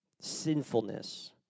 Sinfulness